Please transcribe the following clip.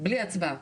בלי הצבעה.